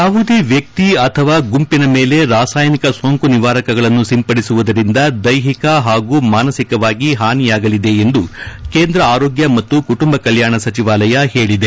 ಯಾವುದೇ ವ್ಯಕ್ತಿ ಅಥವಾ ಗುಂಪಿನ ಮೇಲೆ ರಾಸಾಯನಿಕ ಸೋಂಕು ನಿವಾರಕಗಳನ್ನು ಸಿಂಪಡಿಸುವುದರಿಂದ ದೈಹಿಕ ಹಾಗೂ ಮಾನಸಿಕವಾಗಿ ಹಾನಿಯಾಗಲಿವೆ ಎಂದು ಕೇಂದ್ರ ಆರೋಗ್ಯ ಮತ್ತು ಕುಟುಂಬ ಕಲ್ಯಾಣ ಸಚಿವಾಲಯ ಹೇಳಿದೆ